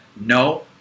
no